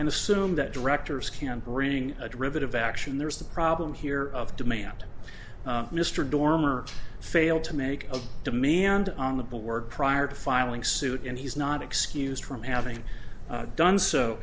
and assume that directors can bring a derivative action there's the problem here of demand mr dormer failed to make a demand on the board prior to filing suit and he's not excused from having done so